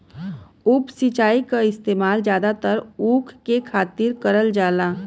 उप सिंचाई क इस्तेमाल जादातर ऊख के खातिर करल जाला